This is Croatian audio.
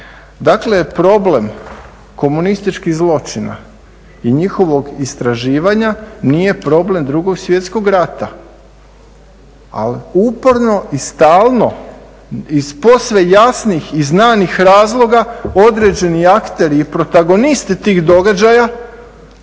Dakle, problem komunističkih zločina i njihovog istraživanja nije problem 2.svjetskog rata. Ali uporno i stalno iz posve jasnih i znanih razloga određeni akteri i protagonisti tih događaja